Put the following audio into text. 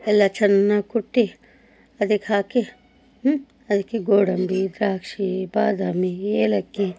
ಎಲ್ಲ ಚೆನ್ನಾಗಿ ಕುಟ್ಟಿ ಅದಕ್ಕೆ ಹಾಕಿ ಅದಕ್ಕೆ ಗೋಡಂಬಿ ದ್ರಾಕ್ಷಿ ಬಾದಾಮಿ ಏಲಕ್ಕಿ